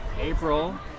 April